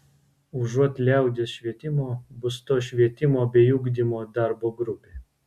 užuot liaudies švietimo bus to švietimo bei ugdymo darbo grupė